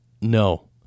no